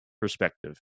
perspective